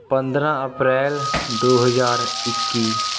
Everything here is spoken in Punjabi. ਪੰਦਰਾਂ ਅਪ੍ਰੈਲ ਦੋ ਹਜ਼ਾਰ ਇੱਕੀ